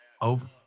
over